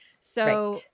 So-